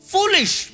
Foolish